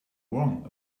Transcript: wrong